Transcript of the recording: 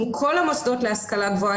עם כל המוסדות להשכלה גבוהה,